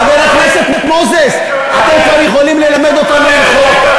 חבר הכנסת מוזס, אתם כבר יכולים ללמד אותנו הלכות.